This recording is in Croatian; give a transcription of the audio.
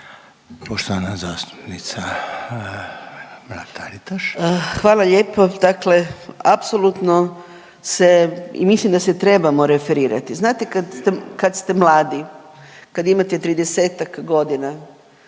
**Mrak-Taritaš, Anka (GLAS)** Hvala lijepo. Dakle, apsolutno se, mislim da se trebamo referirati. Znate kad ste mladi, kad imate 30-ak godina